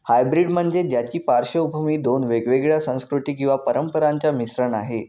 hybrid म्हणजे ज्याची पार्श्वभूमी दोन वेगवेगळ्या संस्कृती किंवा परंपरांचा मिश्रण आहे